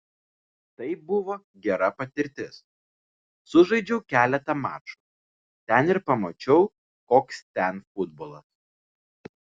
tai buvo gera patirtis sužaidžiau keletą mačų ten ir pamačiau koks ten futbolas